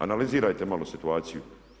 Analizirajte malo situaciju.